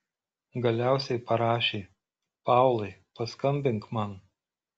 galiausiai parašė paulai paskambink man